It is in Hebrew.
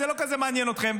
זה לא כזה מעניין אתכם,